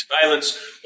surveillance